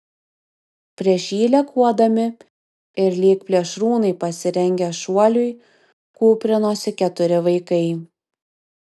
prieš jį lekuodami ir lyg plėšrūnai pasirengę šuoliui kūprinosi keturi vaikai